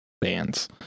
bands